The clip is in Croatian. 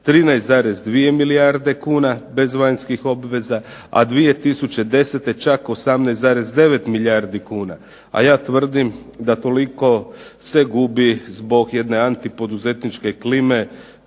13,2 milijarde kuna, bez vanjskih obveza,a 2010. čak 18,9 milijardi kuna. A ja tvrdim da toliko se gubi zbog jedne anti poduzetničke klime,